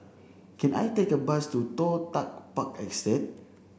can I take a bus to Toh Tuck Park Estate